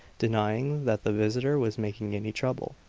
denying that the visitor was making any trouble.